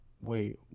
wait